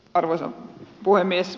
arvoisa puhemies